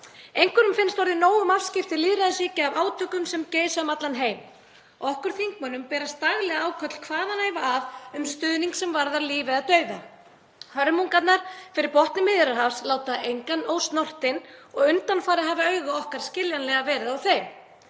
Einhverjum finnst orðið nóg um afskipti lýðræðisríkja af átökum sem geisa um allan heim. Okkur þingmönnum berast daglega áköll hvaðanæva að um stuðning sem varðar líf eða dauða. Hörmungarnar fyrir botni Miðjarðarhafs láta engan ósnortinn og undanfarið hafa augu okkar skiljanlega verið á þeim.